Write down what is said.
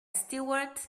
stewart